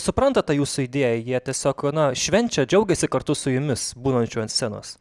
supranta tą jūsų idėją jie tiesiog na švenčia džiaugiasi kartu su jumis būnančiu ant scenos